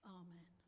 amen